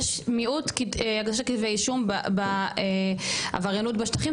יש יעוט הגשת כתבי אישום בעבריינות בשטחים,